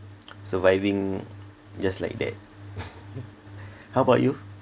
surviving just like that how about you